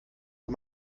bei